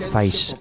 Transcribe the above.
face